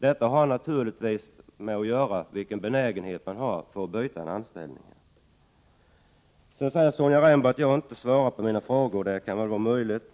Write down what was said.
Detta påverkar naturligtvis den benägenhet man har att byta anställning. Sonja Rembo säger att jag inte svarar på hennes frågor. Det kan vara möjligt.